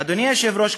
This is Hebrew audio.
אדוני היושב-ראש,